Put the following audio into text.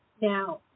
Now